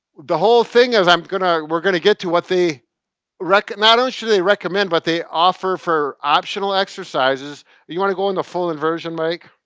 the whole thing is i'm going to, we're gonna get to what the reco, not only should they recommend, but they offer for optional exercises. do you want to go in the full inversion mike?